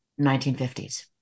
1950s